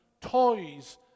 toys